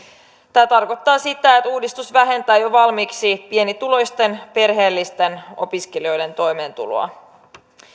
tämä tarkoittaa sitä että uudistus vähentää jo valmiiksi pienituloisten perheellisten opiskelijoiden toimeentuloa